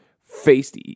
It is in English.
faced